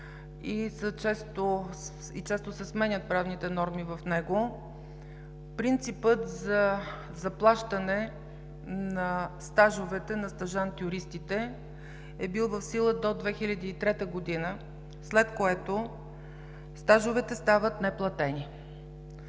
и често се сменят правните норми в него. Принципът за заплащане на стажовете на стажант-юристите е бил в сила до 2003 г., след което стажовете стават неплатени.